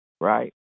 right